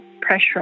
pressure